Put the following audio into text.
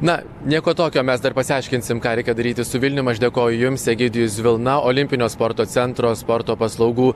na nieko tokio mes dar pasiaiškinsim ką reikia daryti su vilnium aš dėkoju jums egidijus zvilna olimpinio sporto centro sporto paslaugų